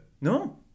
No